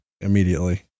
immediately